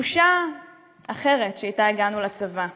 תחושה אחרת, שאיתה הגענו לצבא,